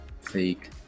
Fake